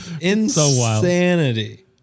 insanity